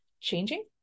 changing